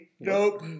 Nope